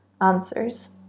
answers